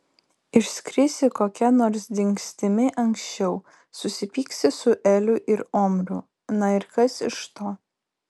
išskrisi kokia nors dingstimi anksčiau susipyksi su eliu ir omriu na ir kas iš to